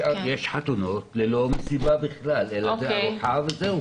יש חתונות ללא מסיבה בכלל אלא רק ארוחה וזהו.